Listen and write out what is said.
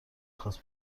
خواست